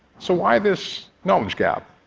so why this knowledge gap?